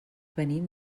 venim